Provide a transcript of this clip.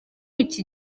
iki